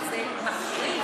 זה מחריג,